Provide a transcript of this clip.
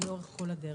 לאורך כל הדרך.